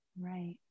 right